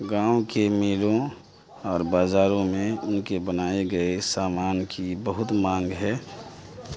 گاؤں کے میلوں اور بازاروں میں ان کے بنائے گئے سامان کی بہت مانگ ہے